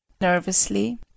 Nervously